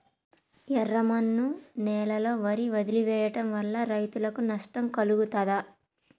ఎర్రమన్ను నేలలో వరి వదిలివేయడం వల్ల రైతులకు నష్టం కలుగుతదా?